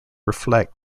reflect